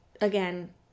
again